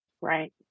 Right